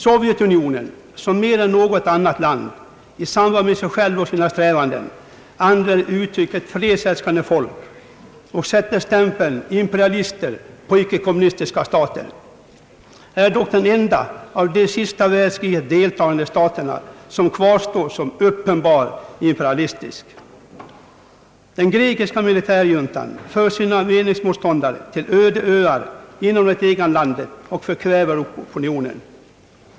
Sovjetunionen — som mer än något annat land om sig själv och sina strävanden använder uttrycket fredsälskande folk och sätter stämpeln imperialister på icke kommunistiska stater — är dock den enda av de i sista världskriget deltagande staterna som kvarstår som uppenbart imperialistisk. Den grekiska militärjuntan för sina meningsmotståndare till öde öar inom det egna landet och förkväver opinionen.